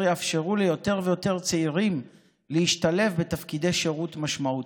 יאפשרו ליותר ויותר צעירים להשתלב בתפקידי שירות משמעותי.